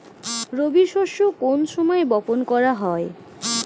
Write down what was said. রবি শস্য কোন সময় বপন করা হয়?